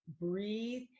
breathe